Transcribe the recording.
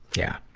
yeah.